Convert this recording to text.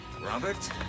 Robert